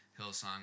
hillsong